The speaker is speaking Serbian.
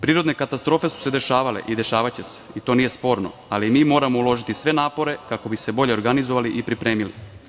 Prirodne katastrofe su se dešavale i dešavaće se i to nije sporno, ali mi moramo uložiti sve napore kako bi se bolje organizovali i pripremili.